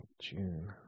June